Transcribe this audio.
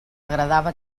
agradava